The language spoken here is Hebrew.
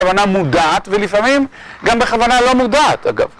בכוונה מודעת, ולפעמים גם בכוונה לא מודעת, אגב.